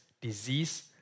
disease